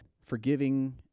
forgiving